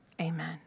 amen